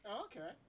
Okay